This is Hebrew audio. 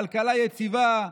כלכלה יציבה,